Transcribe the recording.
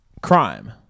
crime